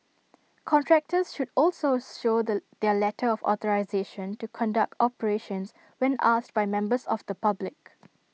contractors should also show the their letter of authorisation to conduct operations when asked by members of the public